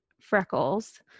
freckles